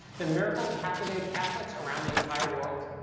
the miracle captivated catholics around the entire world.